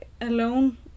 alone